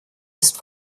ist